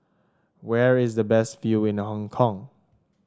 where is the best view in the Hong Kong